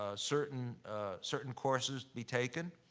ah certain certain courses be taken.